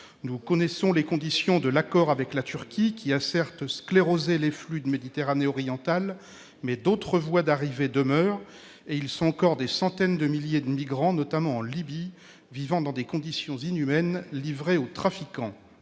Nous connaissons les conditions de l'accord avec la Turquie, qui a certes sclérosé les flux de Méditerranée orientale, mais d'autres voies d'arrivée demeurent. Et ils sont encore des centaines de milliers de migrants, notamment en Libye, vivant dans des conditions inhumaines, livrés aux trafiquants.